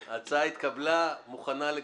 התקבלה.